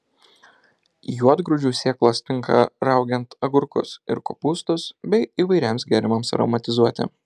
juodgrūdžių sėklos tinka raugiant agurkus ir kopūstus bei įvairiems gėrimams aromatizuoti